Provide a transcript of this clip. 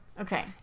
Okay